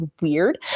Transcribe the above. weird